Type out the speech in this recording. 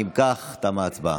אם כך, תמה ההצבעה,